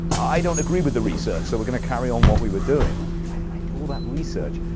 i don't agree with the research, so we're going to carry on what we were doing. why did i do all that research?